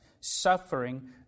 suffering